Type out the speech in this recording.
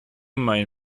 main